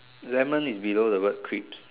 lemon is below the word crips